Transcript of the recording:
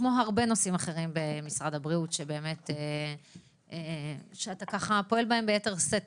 כמו הרבה נושאים אחרים במשרד הבריאות שאתה פועל בהם ביתר שאת,